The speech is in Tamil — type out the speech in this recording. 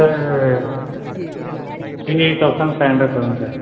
three eight thousand five hundred வரும் சார்